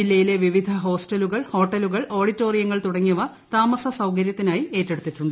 ജില്ലയിലെ വിവിധ ഹോസ്റ്റലുകൾ ഹോട്ടലുകൾ ഓഡിറ്റോറിയങ്ങൾ തുടങ്ങിയവ താമസസൌകര്യത്തിനായി ഏറ്റെടുത്തിട്ടുണ്ട്